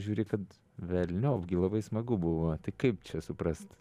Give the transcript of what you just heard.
žiūri kad velniop gi labai smagu buvo tai kaip čia suprast